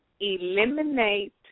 Eliminate